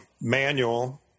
Manual